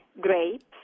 grapes